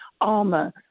armor